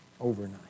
overnight